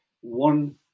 one